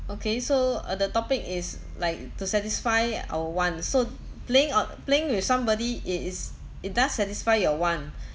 okay so uh the topic is like to satisfy our wants so playing out playing with somebody it is it does satisfy your want